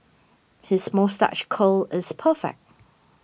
his moustache curl is perfect